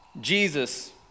Jesus